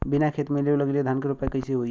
बिना खेत में लेव लगइले धान के रोपाई कईसे होई